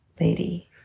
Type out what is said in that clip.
lady